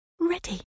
Ready